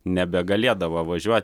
nebegalėdavo važiuoti